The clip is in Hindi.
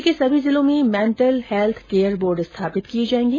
राज्य के सभी जिलों में मेंटल हैल्थ केयर बोर्ड स्थापित किये जायेंगे